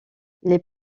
les